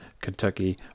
Kentucky